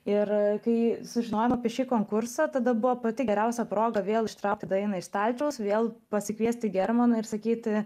ir kai sužinojom apie šį konkursą tada buvo pati geriausia proga vėl ištraukti dainą iš stalčiaus vėl pasikviesti germaną ir sakyti